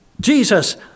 Jesus